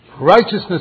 righteousness